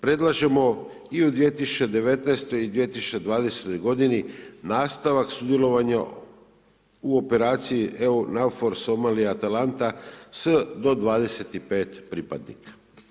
Predlažemo i u 2019. i 2020. godini nastavak sudjelovanja u operaciji EU NAVFOR SOMALIJA ATALANTA s do 25 pripadnika.